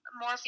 more